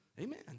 Amen